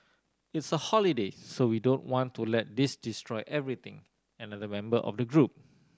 it's a holiday so we don't want to let this destroy everything another member of the group